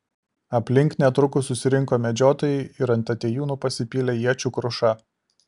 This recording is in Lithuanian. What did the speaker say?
aplink netrukus susirinko medžiotojai ir ant atėjūnų pasipylė iečių kruša